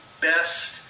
best